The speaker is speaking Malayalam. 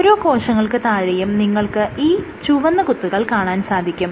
ഓരോ കോശങ്ങൾക്ക് താഴെയും നിങ്ങൾക്ക് ഈ ചുവന്ന കുത്തുകൾ കാണാൻ സാധിക്കും